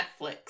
Netflix